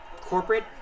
corporate